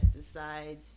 pesticides